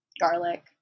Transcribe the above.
Garlic